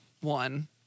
one